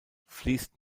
fließt